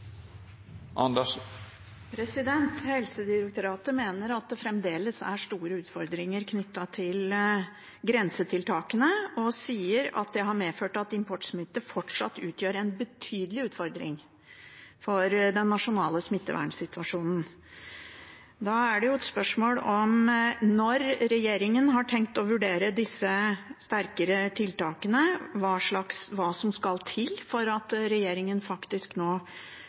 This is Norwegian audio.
Helsedirektoratet mener at det fremdeles er store utfordringer knyttet til grensetiltakene, og sier at det har medført at importsmitte fortsatt utgjør en betydelig utfordring for den nasjonale smittevernsituasjonen. Da er det jo et spørsmål om når regjeringen har tenkt å vurdere disse sterkere tiltakene, hva som skal til for at regjeringen faktisk nå